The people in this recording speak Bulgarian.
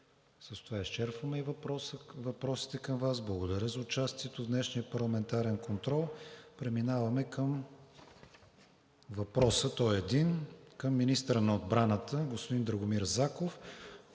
С това изчерпахме въпросите към Вас. Благодаря за участието Ви в днешния парламентарен контрол. Преминаваме към въпроса към министъра на отбраната – господин Драгомир Заков,